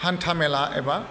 हान्थामेला एबा